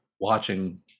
watching